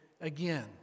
again